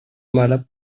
mare